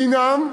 חינם,